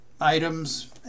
items